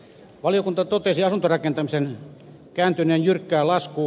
valiokunta totesi asuntorakentamisen kääntyneen jyrkkään laskuun